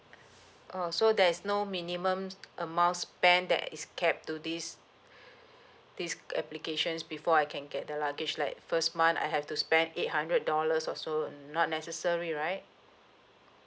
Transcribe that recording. oh so there is no minimums amount spent that is capped to this this applications before I can get the luggage like first month I have to spend eight hundred dollars or so uh not necessary right